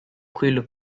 quello